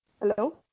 Hello